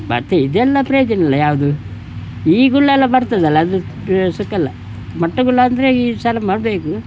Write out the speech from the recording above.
ಮತ್ತೆ ಇದೆಲ್ಲ ಪ್ರಯೋಜನವಿಲ್ಲ ಯಾವುದು ಈ ಗುಳ್ಳೆಯೆಲ್ಲ ಬರ್ತದಲ್ಲ ಅದಕ್ಕೆ ಸುಕಲ್ಲ ಮಟ್ಟುಗುಳ್ಳಾಂದ್ರೆ ಈ ಸಲ ಮಾಡಬೇಕು